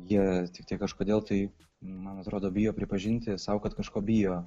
jie tiktai kažkodėl tai man atrodo bijo pripažinti sau kad kažko bijo